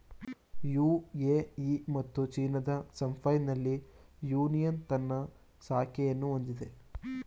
UAE ಮತ್ತು ಚೀನಾದ ಶಾಂಘೈನಲ್ಲಿ ಯೂನಿಯನ್ ತನ್ನ ಶಾಖೆಯನ್ನು ಹೊಂದಿದೆ